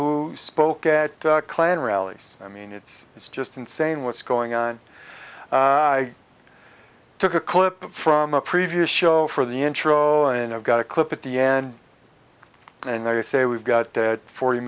who spoke at klan rallies i mean it's it's just insane what's going on i took a clip from a previous show for the intro and i've got a clip at the end and i say we've got a forty